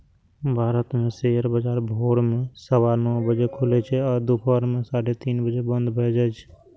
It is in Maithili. भारत मे शेयर बाजार भोर मे सवा नौ बजे खुलै छै आ दुपहर मे साढ़े तीन बजे बंद भए जाए छै